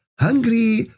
hungry